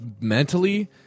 mentally